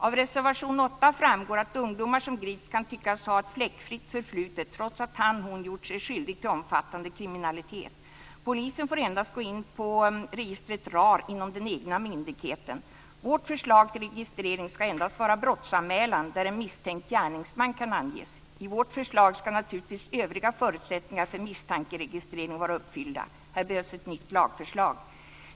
Av reservation 8 framgår att ungdomar som grips kan tyckas ha ett fläckfritt förflutet trots att han eller hon gjort sig skyldig till omfattande kriminalitet. Polisen får endast gå in på registret RAR inom den egna myndigheten. Vårt förslag till registrering ska endast vara brottsanmälan där en misstänkt gärningsman kan anges. I vårt förslag ska naturligtvis övriga förutsättningar för misstankeregistrering vara uppfyllda. Här behövs det ett nytt lagförslag.